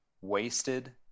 wasted